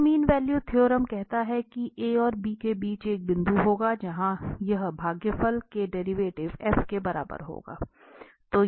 तो mean value theorem कहता है कि a और b के बीच एक बिंदु होगा जहां यह भागफल के डेरिवेटिव f के बराबर होगा